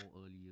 earlier